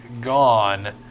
gone